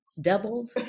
doubled